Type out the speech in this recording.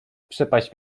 przepaść